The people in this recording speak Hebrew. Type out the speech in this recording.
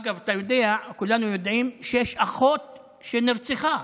אגב, אתה יודע, כולנו יודעים שיש אחות שנרצחה,